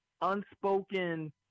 unspoken